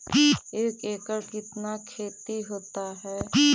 एक एकड़ कितना खेति होता है?